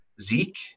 Zeke